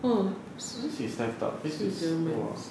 oh german